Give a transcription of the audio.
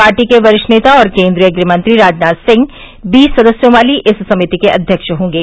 party के वरिष्ठ नेता और केंद्रीय गृह मंत्री राजनाथ सिंह बीस सदस्यों वाली इस समिति के अध्यक्ष होंगे